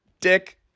dick